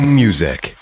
music